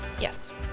yes